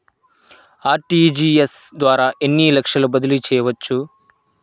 RTGS ద్వారా ఎన్ని లక్షలు బదిలీ చేయవచ్చు?